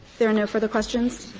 there are no further questions,